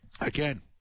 Again